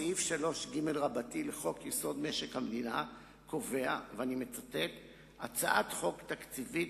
סעיף 3ג לחוק-יסוד: משק המדינה קובע: "הצעת חוק תקציבית